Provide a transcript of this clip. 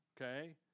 Okay